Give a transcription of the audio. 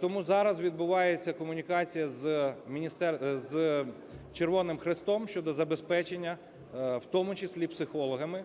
Тому зараз відбувається комунікація з Червоним Хрестом щодо забезпечення в тому числі психологами.